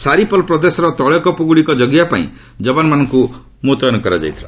ସାରିପଲ ପ୍ରଦେଶର ତୈଳକ୍ପଗୁଡ଼ିକ ଜଗିବା ପାଇଁ ଯବାନମାନଙ୍କୁ ମୁତୟନ କରାଯାଇଥିଲା